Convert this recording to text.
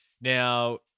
Now